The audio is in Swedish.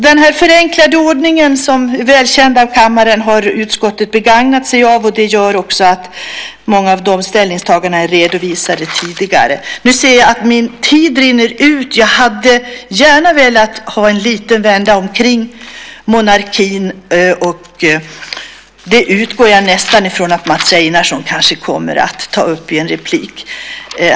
Den förenklade ordningen, som är välkänd av kammaren, har utskottet begagnat sig av, och det innebär att många av ställningstagandena är redovisade tidigare. Jag ser att min talartid håller på att rinna ut. Jag hade gärna velat ha en liten vända om monarkin, och jag utgår nästan från att Mats Einarsson kommer att ta upp den frågan i en replik.